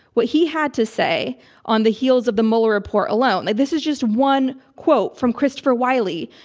what he had to say on the heels of the mueller report alone, like this is just one quote from christopher wiley.